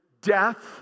death